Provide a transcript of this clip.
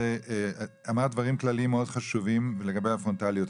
אמרת דברים כלליים מאוד חשובים לגבי הפרונטליות.